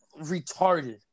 retarded